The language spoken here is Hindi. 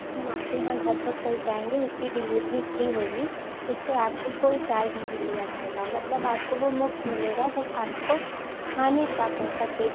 फिर हम आपके यहाँ घर तक पहुँचाएँगे उसकी डिलीवरी फ़्री होगी उससे आपको कोई चार्ज नहीं लिया जाएगा मतलब आपको वह मुफ़्त मिलेगी बस आपको खाने का पैसा पे